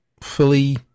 fully